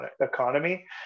economy